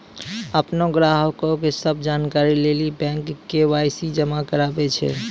अपनो ग्राहको के सभ जानकारी लेली बैंक के.वाई.सी जमा कराबै छै